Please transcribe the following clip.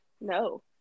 no